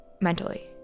mentally